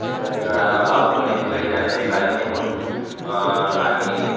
र मेरो आमाबाबु पनि दुवैजना नेपाली नै हुन् र हामी